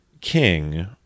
king